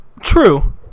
true